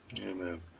amen